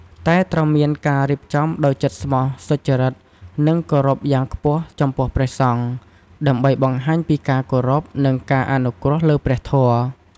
ត្រូវតែមានការរៀបចំដោយចិត្តស្មោះ សុចរិត និងគោរពយ៉ាងខ្ពស់ចំពោះព្រះសង្ឃ ដើម្បីបង្ហាញពីការគោរព និងការអនុគ្រោះលើព្រះធម៌។